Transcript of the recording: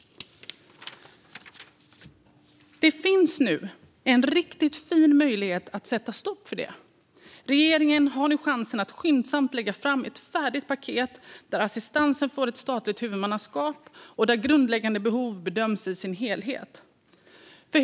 Det finns nu en riktigt fin möjlighet att sätta stopp för detta. Regeringen har nu chansen att skyndsamt lägga fram ett färdigt paket där assistansen får ett statligt huvudmannaskap och där grundläggande behov bedöms i sin helhet.